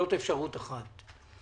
זאת אפשרות אחת.